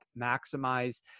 maximize